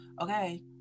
okay